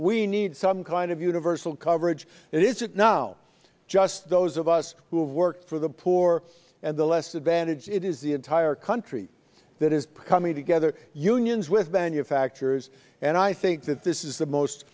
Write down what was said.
we need some kind of universal coverage and is it now just those of us who work for the poor or and the less advantaged it is the entire country that is coming together unions with manufacturers and i think that this is the most